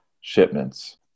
shipments